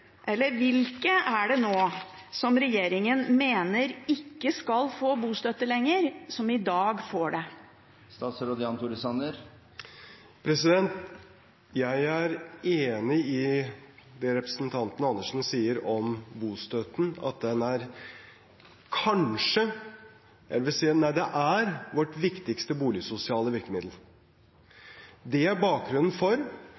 regjeringen mener ikke skal få bostøtte lenger, som i dag får det? Jeg er enig i det representanten Andersen sier om bostøtten, at den kanskje er – nei, jeg vil si at den er – vårt viktigste boligsosiale virkemiddel. Det er bakgrunnen for